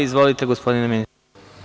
Izvolite, gospodine ministre.